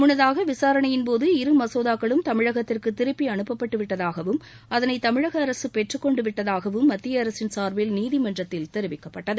முன்னதாக விசாரணையின் போது இரு மசோதாக்களும் தமிழகத்திற்கு திருப்பி அனுப்பப்பட்டு விட்டதாகவும் அதனை தமிழக அரசு பெற்றுக் கொண்டுவிட்டதாகவும் மத்திய அரசின் சார்பில் நீதிமன்றத்தில் தெரிவிக்கப்பட்டது